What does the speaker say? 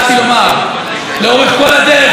לאורך כל הדרך,